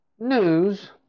News